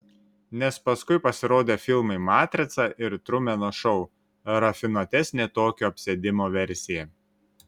nes paskui pasirodė filmai matrica ir trumeno šou rafinuotesnė tokio apsėdimo versija